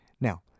Now